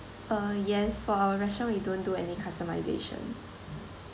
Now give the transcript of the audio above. uh yes for our restaurant we don't do any customisation